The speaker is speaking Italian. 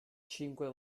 cinque